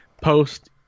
post